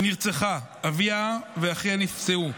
היא נרצחה, אביה ואחיה נפצעו.